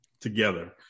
together